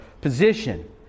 position